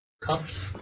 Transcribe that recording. cups